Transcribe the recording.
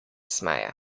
smeje